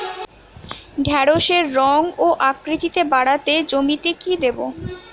ঢেঁড়সের রং ও আকৃতিতে বাড়াতে জমিতে কি দেবো?